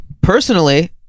personally